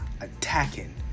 attacking